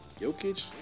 Jokic